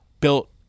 built